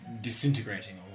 disintegrating